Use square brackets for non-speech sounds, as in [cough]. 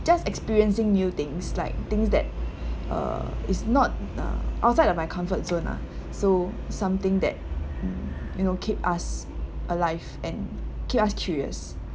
just experiencing new things like things that err it's not uh outside of my comfort zone nah [breath] so something that you know keep us alive and keep us curious